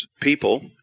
people